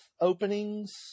openings